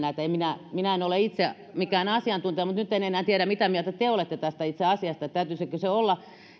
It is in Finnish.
näitä minä en ole itse mikään asiantuntija mutta nyt en enää tiedä mitä mieltä te olette tästä itse asiasta täytyisikö sen olla